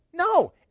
no